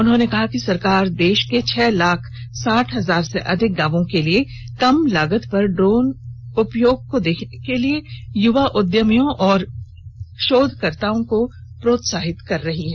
उन्होंने कहा कि सरकार देश के छह लाख साठ हजार से अधिक गांवों के लिए कम लागत पर ड्रोन उपयोगों को देखने के लिए युवा उद्यमियों और शोधकर्ताओं को प्रोत्साहित कर रही है